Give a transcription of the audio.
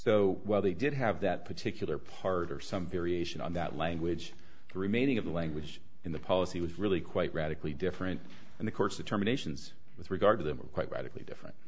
so while they did have that particular part or some variation on that language the remaining of the language in the policy was really quite radically different and of course the terminations with regard to them are quite radically different